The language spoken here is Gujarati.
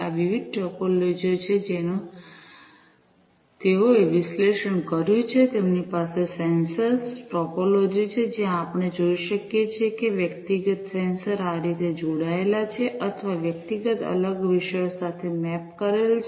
આ વિવિધ ટોપોલોજીઓ છે જેનું તેઓએ વિશ્લેષણ કર્યું છે તેમની પાસે સેન્સર ટોપોલોજી છે જ્યાં આપણે જોઈ શકીએ છીએ કે વ્યક્તિગત સેન્સર આ રીતે જોડાયેલા છે અથવા વ્યક્તિગત અલગ વિષયો સાથે મેપ કરેલ છે